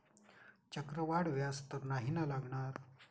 चक्रवाढ व्याज तर नाही ना लागणार?